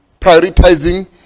prioritizing